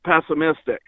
pessimistic